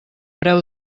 preu